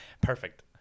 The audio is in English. Perfect